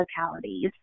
localities